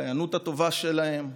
להיענות הטובה שלהם,